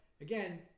again